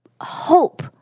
hope